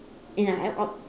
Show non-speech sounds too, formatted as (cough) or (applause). and I I (noise)